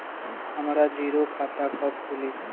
हमरा जीरो खाता कब खुली?